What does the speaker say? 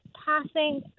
passing